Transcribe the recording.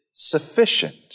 Sufficient